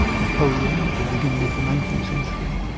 napoleon at the beginning of the nineteenth century,